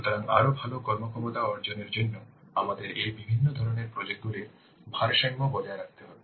সুতরাং আরও ভাল কর্মক্ষমতা অর্জনের জন্য আমাদের এই বিভিন্ন ধরণের প্রজেক্ট গুলির ভারসাম্য বজায় রাখতে হবে